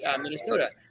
Minnesota